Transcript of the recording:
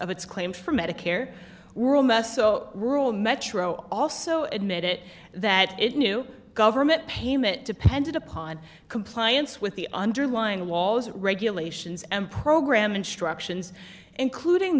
of its claims for medicare were meso rural metro also admit it that it knew government payment depended upon compliance with the underlying laws regulations and program instructions including